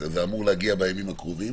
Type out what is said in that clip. זה אמור להגיע בימים הקרובים,